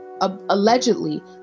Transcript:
allegedly